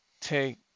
take